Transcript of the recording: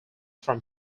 from